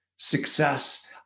Success